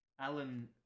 Alan